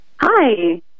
Hi